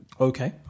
Okay